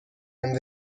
and